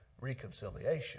Reconciliation